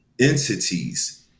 entities